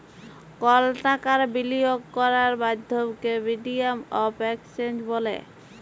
call টাকার বিলিয়গ ক্যরের মাধ্যমকে মিডিয়াম অফ এক্সচেঞ্জ ব্যলে